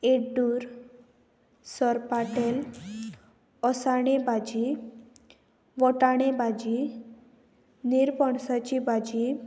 एड्डूर सरपाटेल ओसाळी भाजी वोटाणे भाजी नीरपणसाची भाजी